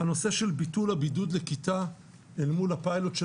הנושא של ביטול הבידוד לכיתה אל מול הפיילוט,